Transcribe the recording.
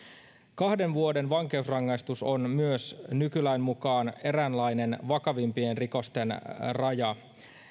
kahden vuoden vankeusrangaistus on myös nykylain mukaan eräänlainen vakavimpien rikosten raja